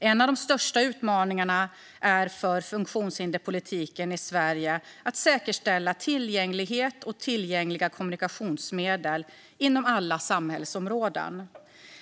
En av de största utmaningarna för funktionshinderspolitiken i Sverige är att säkerställa tillgänglighet och tillgängliga kommunikationsmedel inom alla samhällsområden.